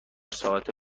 ساعته